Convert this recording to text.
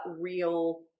real